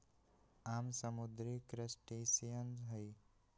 आम समुद्री क्रस्टेशियंस हई